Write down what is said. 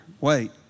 Wait